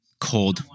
cold